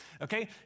okay